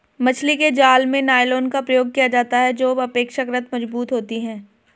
मछली के जाल में नायलॉन का प्रयोग किया जाता है जो अपेक्षाकृत मजबूत होती है